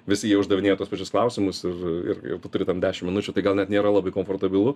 visi jie uždavinėja tuos pačius klausimus ir ir ir tu turi tam dešim minučių tai gal net nėra labai komfortabilu